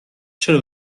چرا